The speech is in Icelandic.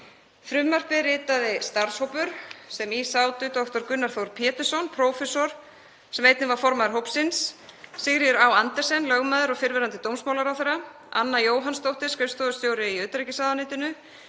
Frumvarpið ritaði starfshópur sem í sátu dr. Gunnar Þór Pétursson, prófessor sem einnig var formaður hópsins, Sigríður Á. Andersen, lögmaður og fyrrverandi dómsmálaráðherra, Anna Jóhannsdóttir, skrifstofustjóri í utanríkisráðuneytinu,